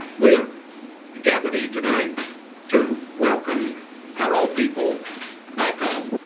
we're gathered here today to welcome our old people back home.